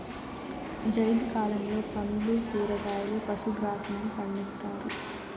జైద్ కాలంలో పండ్లు, కూరగాయలు, పశు గ్రాసంను పండిత్తారు